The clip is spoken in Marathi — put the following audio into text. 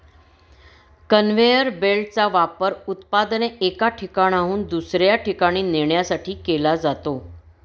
कन्व्हेअर बेल्टचा वापर उत्पादने एका ठिकाणाहून दुसऱ्या ठिकाणी नेण्यासाठी केला जातो